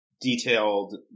detailed